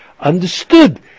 Understood